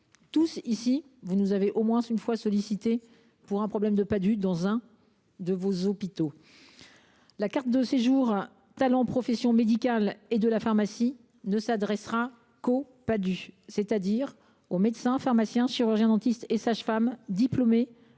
Tous, ici, vous nous avez au moins une fois sollicités pour un problème de Padhue dans l’un de vos hôpitaux. La carte de séjour « talent professions médicales et de la pharmacie » ne concernera que les Padhue, c’est à dire les médecins, pharmaciens, chirurgiens dentistes et sages femmes diplômés